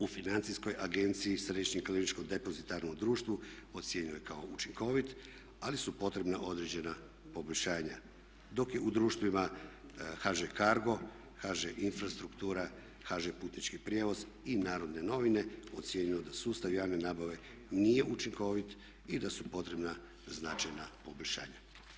U Financijskoj agenciji središnjeg kliničkog depozitarnog društva ocijenjeno je kao učinkovit ali su potrebna određena poboljšanja dok je u društvima HŽ Cargo, HŽ infrastruktura i HŽ putnički prijevoz i Narodne novine ocijenjeno da sustav javne nabave nije učinkovit i da su potrebna značajna poboljšanja.